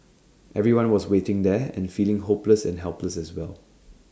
everyone was waiting there and feeling hopeless and helpless as well